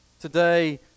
Today